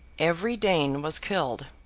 every dane was killed.